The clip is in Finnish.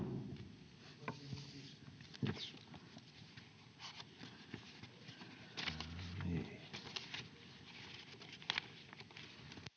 Kiitos.